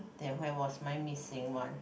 then where was my missing one